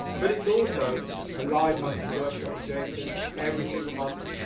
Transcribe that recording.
but it's also a live monthly workshop with jason every single month.